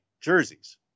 jerseys